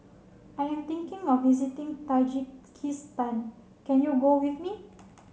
I am thinking of visiting Tajikistan can you go with me